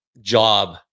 job